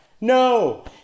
No